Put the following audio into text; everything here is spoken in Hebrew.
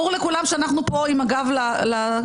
ברור לכולם שאנחנו פה עם הגב לקיר,